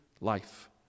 life